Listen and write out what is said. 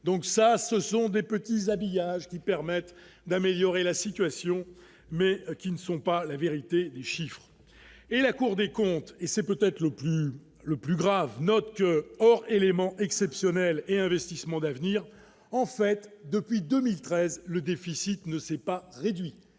donc ça ce sont des petits habillages qui permettent d'améliorer la situation, mais qui ne sont pas la vérité des chiffres, et la Cour des comptes, et c'est peut-être le plus le plus grave, note hors éléments exceptionnels et investissements d'avenir, en fait, depuis 2013, le déficit ne s'est pas réduite